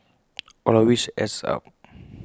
all of which adds up